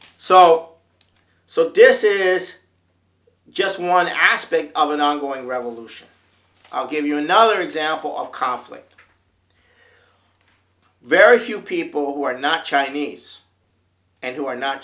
so so this is just one aspect of an ongoing revolution i'll give you another example of conflict very few people who are not chinese and who are not